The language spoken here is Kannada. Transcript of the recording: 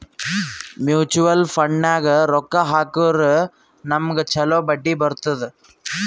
ಮ್ಯುಚುವಲ್ ಫಂಡ್ನಾಗ್ ರೊಕ್ಕಾ ಹಾಕುರ್ ನಮ್ಗ್ ಛಲೋ ಬಡ್ಡಿ ಬರ್ತುದ್